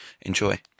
enjoy